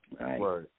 right